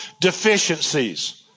deficiencies